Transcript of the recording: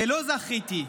ולא זכיתי.